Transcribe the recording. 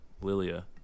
Lilia